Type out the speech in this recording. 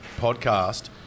podcast